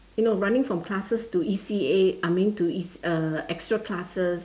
you know running from classes to E_C_A I mean to E_C uh extra classes